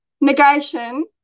Negation